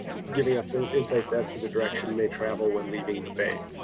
giving us insights as to the direction they travel when leaving the bay.